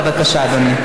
בבקשה, אדוני.